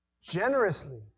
Generously